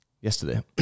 yesterday